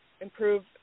improve